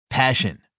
Passion